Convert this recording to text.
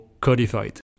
codified